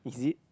is it